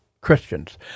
Christians